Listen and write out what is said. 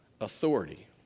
authority